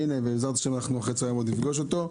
והנה אחר הצוהריים אנחנו עוד נפגוש אותו.